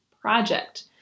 project